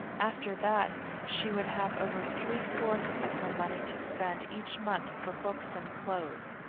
after that she would have over three fourths of her money to spend each month for books and clothes.